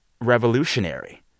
revolutionary